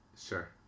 Sure